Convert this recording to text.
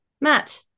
Matt